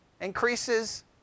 increases